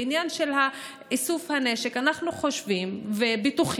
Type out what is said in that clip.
בעניין של איסוף הנשק אנחנו חושבים ובטוחים